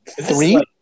three